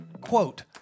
Quote